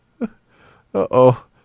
Uh-oh